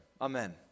amen